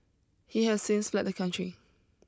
he has since fled the country